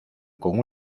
con